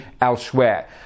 elsewhere